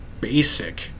basic